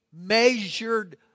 measured